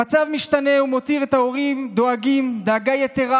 המצב משתנה ומותיר את ההורים דואגים דאגה יתרה,